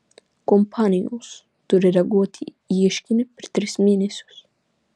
kompanijos turi reaguoti į ieškinį per tris mėnesius